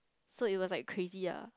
so it was like crazy ah